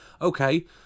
okay